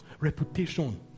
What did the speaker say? Reputation